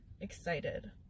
excited